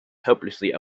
hopelessly